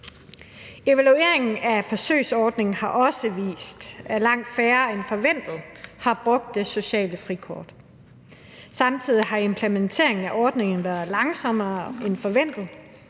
Evalueringen af forsøgsordningen har også vist, at langt færre end forventet har brugt det sociale frikort. Samtidig har implementeringen af ordningen været langsommere end forventet,